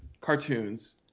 cartoons